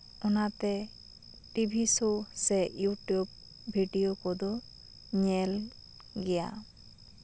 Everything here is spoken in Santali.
ᱚᱱᱟᱛᱮ ᱴᱤᱵᱷᱤ ᱥᱳ ᱥᱮ ᱤᱭᱩᱴᱩᱵ ᱵᱷᱤᱰᱤᱭᱳ ᱠᱚᱫᱚ ᱧᱮᱞ ᱜᱮᱭᱟ